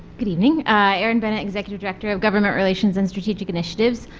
good evening, erin bennett executive director of government relations and strategic initiatives.